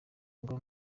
ngo